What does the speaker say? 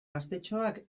gaztetxoak